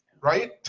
Right